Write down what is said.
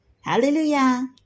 Hallelujah